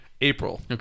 April